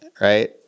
right